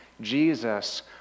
Jesus